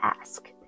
ask